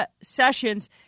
sessions